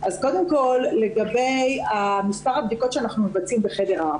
קודם כל, לגבי מספר הבדיקות שאנחנו מבצעים בחדר 4